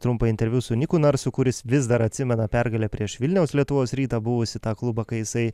trumpą interviu su niku narsu kuris vis dar atsimena pergalę prieš vilniaus lietuvos rytą buvusį tą klubą kai jisai